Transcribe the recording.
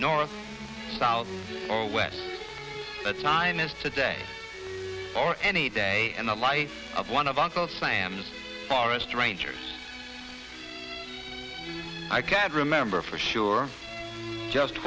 north south or west the time is today or any day and the life of one of uncle sam's forest rangers i can't remember for sure just